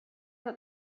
that